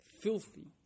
filthy